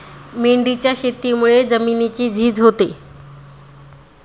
मेंढीच्या शेतीमुळे जमिनीची झीज होते